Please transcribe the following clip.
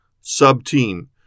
sub-team